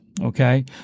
Okay